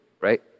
right